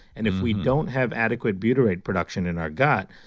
and if we don't have adequate butyrate production in our gut,